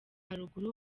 haruguru